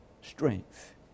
strength